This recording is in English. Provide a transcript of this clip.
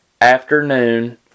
afternoon